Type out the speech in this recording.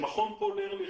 כאשר מכון פול ארליך,